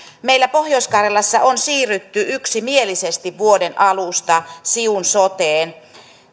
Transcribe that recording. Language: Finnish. meillä pohjois karjalassa on siirrytty yksimielisesti vuoden alusta siun soteen